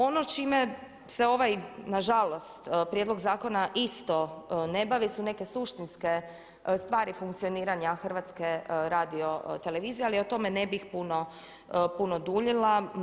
Ono čime se ovaj nažalost prijedlog zakona isto ne bavi su neke suštinske stvari funkcioniranja HRT-a ali o tome ne bih puno duljila.